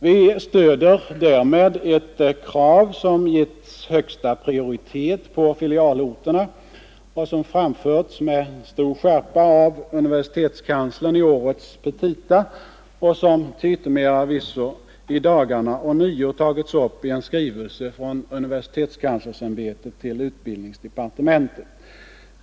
Vi stöder därmed ett krav som givits högsta prioritet på filialorterna och som framförts med stor skärpa av universitetskanslern i årets petita och som till yttermera visso i dagarna ånyo tagits upp i en skrivelse från universitetskanslersämbetet till utbildningsdepartementet.